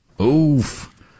Oof